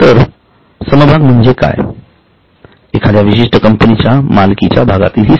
तर समभाग म्हणजे एखाद्या विशिष्ट कंपनीच्या मालकीच्या भागातील हिस्सा